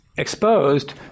Exposed